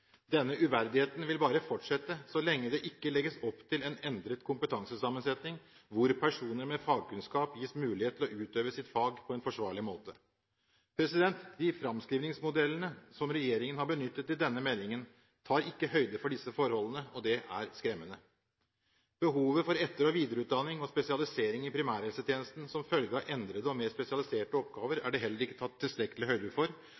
Denne uverdigheten vil bare fortsette, så lenge det ikke legges opp til en endret kompetansesammensetning, hvor personer med fagkunnskap gis mulighet til å utøve sitt fag på en forsvarlig måte. De framskrivningsmodellene som regjeringen har benyttet i denne meldingen, tar ikke høyde for disse forholdene. Det er skremmende. Behovet for etter- og videreutdanning og spesialisering i primærhelsetjenesten, som følge av endrede og mer spesialiserte oppgaver, er det heller ikke tatt tilstrekkelig høyde for.